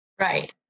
right